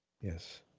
Yes